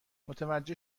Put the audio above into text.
متوجه